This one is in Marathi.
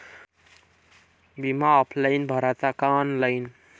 बिमा ऑफलाईन भराचा का ऑनलाईन?